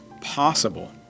possible